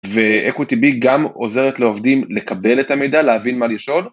ו-Equity Big גם עוזרת לעובדים לקבל את המידע, להבין מה לשאול